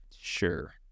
sure